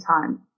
time